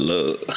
Love